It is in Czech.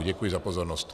Děkuji za pozornost.